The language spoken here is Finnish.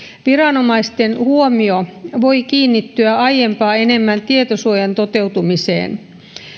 viranomaisten huomio voi kiinnittyä aiempaa enemmän tietosuojan toteutumiseen